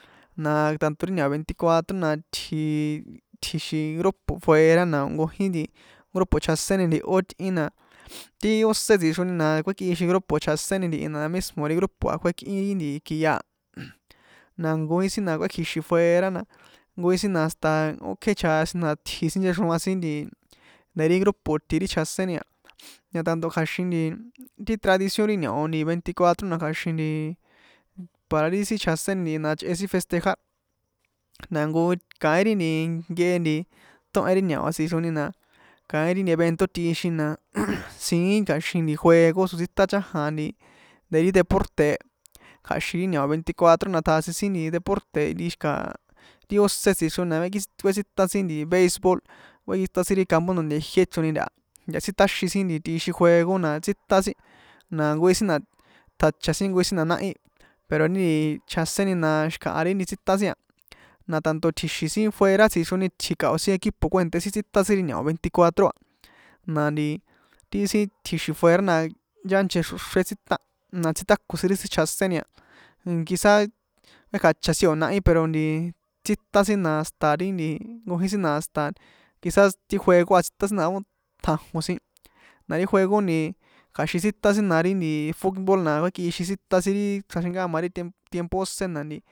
Na tanto ri ñao veinticuatro na tji tji̱xi̱n grupo fuera na nkojin nti grupo chjaséni ntihó itꞌin na ti ósé tsixroni na kuékꞌixin grupo chjaseni ntihi na mismo ri grupo a kuékꞌin ri nti kia a na nkojin si na kuékji̱xin fuera na siín na hasta ókjé chjasin na itji sin nchexroan sin nti de ri grupo iti ri chjaséni na tanto kja̱xin ri tradición ri ñao veinticuatro na kja̱xin nti para ri sin chjaséni ntihi na kja̱xin sin ichꞌe sin festeja na nkojin kaín ri nkehe tóhen ri ñao a tsixroni na kaín ri nti evento tꞌixin na siín kja̱xin juego tsotsíntan chajan nti de ri deporte e kja̱xin ri ñao veinticuatro na tjasin sin nti deporte nti xi̱ka ti ósé tsixroni na kue kuétsitan sin nti beisbol kuekitsitan sin ri campo nonte jié ichroni nataha ntaha tsítaxin sin tꞌixin juego na tsítan na nkojin sin na tjacha sin na nkojin si na náhí pero ri nti chjaséni na xi̱kaha ri nti tsítan sin na tanto tji̱xi̱n sin fuera tsixroni tji̱kao sin equipo kue̱nté sin tsítan sin ri ñao veinticuatro na ti sin tji̱xi̱n fuera na ntanche xro̱xré tsítan na tsítako sin ri sin chjaséni a quizá kuékjacha sin o̱ náhí pero nti tsítan sin na hasta nkojin sin na hasta quizás ti juego a kuétsitan sin na tjajon sin na ri juego nti kja̱xin tsítan sin na ri nti futbol na kuekꞌixin sin tsítan sin ri xraxinkàma ri tiempo ósé na nti.